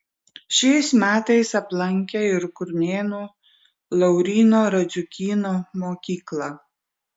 šiais metais aplankė ir kurnėnų lauryno radziukyno mokyklą